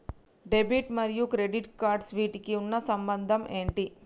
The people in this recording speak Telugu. డెబిట్ మరియు క్రెడిట్ కార్డ్స్ వీటికి ఉన్న సంబంధం ఏంటి?